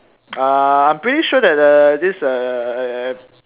!wow! uh I'm pretty sure that uh this err